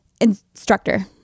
instructor